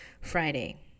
Friday